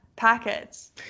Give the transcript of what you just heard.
packets